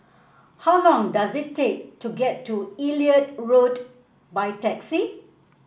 how long does it take to get to Elliot Road by taxi